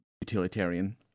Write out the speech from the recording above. utilitarian